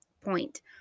point